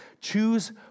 choose